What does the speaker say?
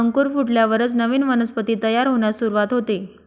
अंकुर फुटल्यावरच नवीन वनस्पती तयार होण्यास सुरूवात होते